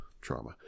trauma